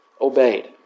obeyed